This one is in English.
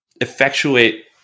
effectuate